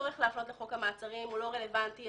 המעצרים, הוא לא רלוונטי.